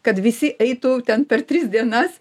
kad visi eitų ten per tris dienas